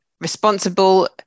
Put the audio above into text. responsible